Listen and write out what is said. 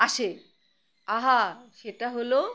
আসে আহা সেটা হলো